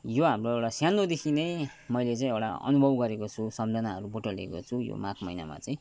यो हाम्रो एउटा सानोदेखि नै मैले चाहिँ एउटा अनुभव गरेको छु सम्झनाहरू बटुलेको छु यो माघ महिनामा चाहिँ